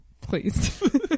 Please